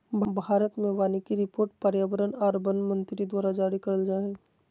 भारत मे वानिकी रिपोर्ट पर्यावरण आर वन मंत्री द्वारा जारी करल जा हय